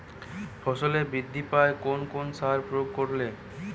ফসল বৃদ্ধি পায় কোন কোন সার প্রয়োগ করলে?